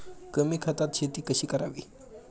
कमी खतात शेती कशी करावी?